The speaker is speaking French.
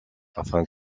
afin